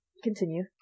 continue